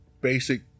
basic